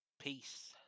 Peace